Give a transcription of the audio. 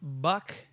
Buck